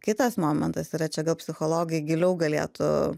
kitas momentas yra čia gal psichologai giliau galėtų